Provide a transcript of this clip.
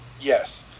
yes